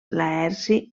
laerci